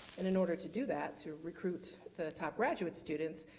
and in order to do that, to recruit the top graduate students,